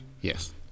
yes